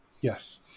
Yes